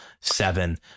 seven